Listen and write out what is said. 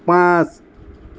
পাঁচ